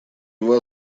его